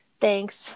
thanks